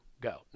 Go